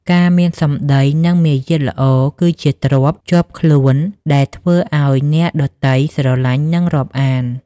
ការមានសម្ដី និងមារយាទល្អ គឺជាទ្រព្យជាប់ខ្លួនដែលធ្វើឱ្យអ្នកដទៃស្រឡាញ់ និងរាប់អាន។